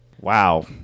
Wow